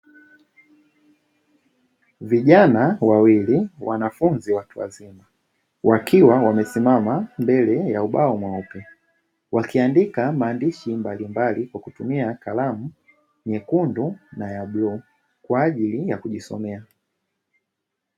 Vijana wawili wanafunzi watu wazima wakiwa wamesimama mbele ya ubao mweupe, wakiandika maandishi mbalimbali kwa kutumia kalamu nyekundu na ya bluu kwa ajili ya kujisomea.